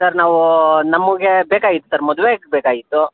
sir ನಾವು ನಮಗೆ ಬೇಕಾಗಿತ್ತು ಸರ್ ಮದ್ವೆಗೆ ಬೇಕಾಗಿತ್ತು